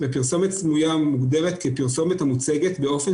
ופרסומת סמויה מוגדרת כפרסומת המוצגת באופן